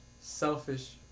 selfish